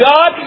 God